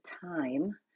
time